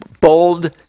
Bold